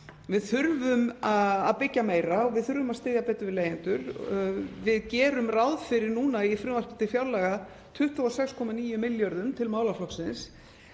Við þurfum að byggja meira og við þurfum að styðja betur við leigjendur. Nú gerum við ráð fyrir í frumvarpi til fjárlaga 26,9 milljörðum til málaflokksins.